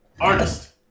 artist